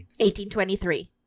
1823